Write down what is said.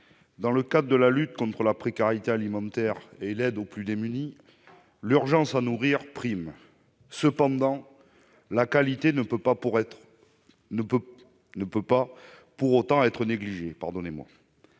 Dans le cadre de la lutte contre la précarité alimentaire et de l'aide aux plus démunis, l'urgence à nourrir prime. Cependant, la qualité ne peut pas pour autant être négligée.